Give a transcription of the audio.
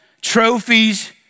trophies